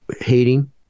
hating